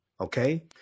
okay